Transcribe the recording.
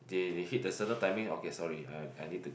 they they hit the certain timing okay sorry I need to go